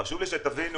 חשוב שתבינו